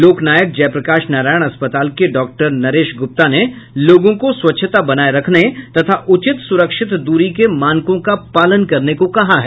लोकनायक जयप्रकाश अस्पताल के डॉक्टर नरेश गुप्ता ने लोगों को स्वच्छता बनाए रखने तथा उचित सुरक्षित दूरी के मानकों का पालन करने को कहा है